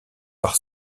par